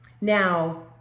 Now